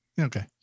Okay